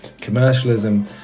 commercialism